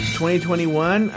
2021